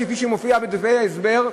כפי שמופיע בדברי ההסבר,